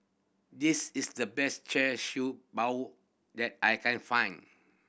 this is the best Char Siew Bao that I can find